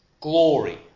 glory